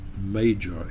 major